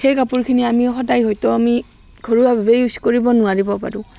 সেই কাপোৰখিনি আমি সদায় হয়তো আমি ঘৰুৱাভাৱে ইউজ কৰিব নোৱাৰিব পাৰোঁ